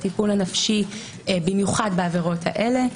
של הטיפול הנפשי במיוחד בעבירות הללו,